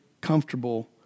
comfortable